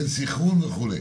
אין סינכרון וכו'.